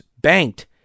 banked